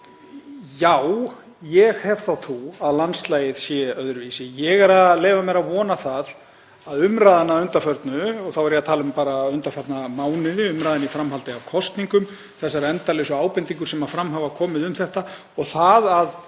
Já, ég hef þá trú að landslagið sé öðruvísi. Ég er að leyfa mér að vona að umræðan að undanförnu — og þá er ég að tala um bara undanfarna mánuði, umræðuna í framhaldi af kosningum, þessar endalausu ábendingar sem fram hafa komið um þetta og það að